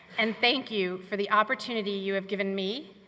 and thank you for the opportunity you have given me,